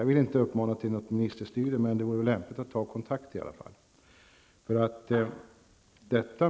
Jag vill inte uppmana till ministerstyre, men det vore ändå lämpligt att ta kontakt med verket.